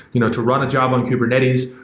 you know to run a job on kubernetes,